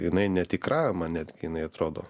jinai netikra man net jinai atrodo